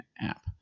app